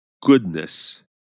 goodness